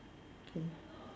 okay